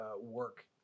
work